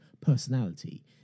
personality